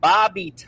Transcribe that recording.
Bobby